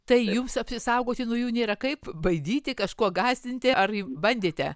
tai jums apsisaugoti nuo jų nėra kaip baidyti kažkuo gąsdinti ar bandėte